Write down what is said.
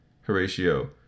Horatio